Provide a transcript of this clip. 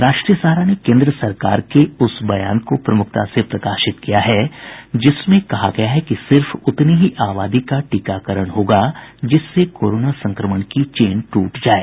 राष्ट्रीय सहारा ने केन्द्र सरकार के उस बयान को प्रमुखता से प्रकाशित किया है जिसमें कहा गया है कि सिर्फ उतनी ही आबादी का टीकाकरण होगा जिससे कोरोना संक्रमण की चेन टूट जाए